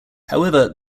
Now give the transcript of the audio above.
however